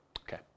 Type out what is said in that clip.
Okay